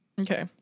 Okay